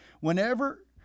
Whenever